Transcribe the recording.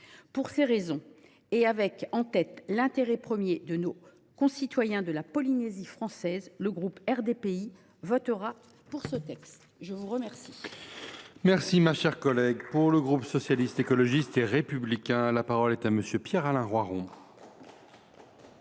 toutes ces raisons et avec en tête l’intérêt premier de nos concitoyens de la Polynésie française, le groupe RDPI votera ce texte. La parole